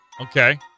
Okay